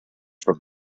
from